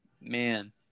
Man